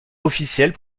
officiels